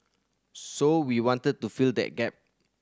so we wanted to fill that gap